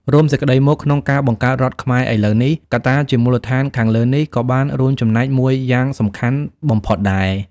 រួមសេចក្តីមកក្នុងការបង្កើតរដ្ឋខ្មែរឥឡូវនេះ កត្តាជា មូលដ្ឋានខាងលើនេះ ក៏បានរួមចំណែកមួយយ៉ាងសំខាន់បំផុតដែរ ។